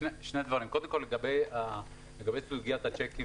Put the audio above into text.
שני דברים: לגבי סוגיית הצ'קים